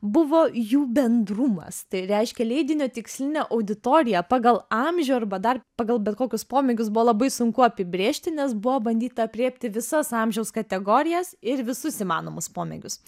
buvo jų bendrumas tai reiškia leidinio tikslinę auditoriją pagal amžių arba dar pagal bet kokius pomėgius buvo labai sunku apibrėžti nes buvo bandyta aprėpti visas amžiaus kategorijas ir visus įmanomus pomėgius